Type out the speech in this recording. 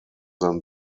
than